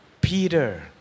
Peter